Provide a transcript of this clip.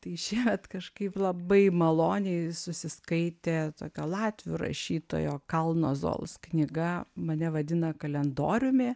tai šiemet kažkaip labai maloniai susiskaitė tokia latvių rašytojo kalnozols knyga mane vadina kalendoriumi